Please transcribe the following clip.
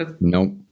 nope